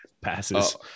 passes